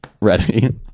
Ready